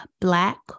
Black